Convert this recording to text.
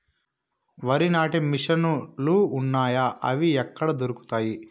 వరి నాటే మిషన్ ను లు వున్నాయా? అవి ఎక్కడ దొరుకుతాయి?